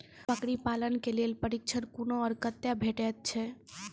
बकरी पालन के लेल प्रशिक्षण कूना आर कते भेटैत छै?